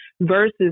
versus